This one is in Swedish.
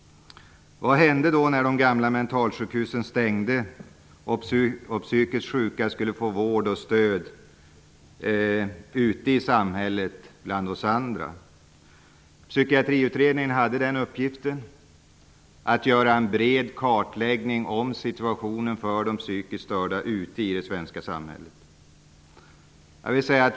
Vad hände då när de gamla mentalsjukhusen stängdes och psykiskt sjuka skulle få vård och stöd ute i samhället bland oss andra? Psykiatriutredningen hade uppgiften att göra en bred kartläggning av situationen för de psykiskt störda i det svenska samhället.